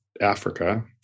Africa